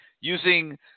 using